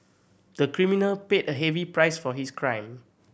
the criminal paid a heavy price for his crime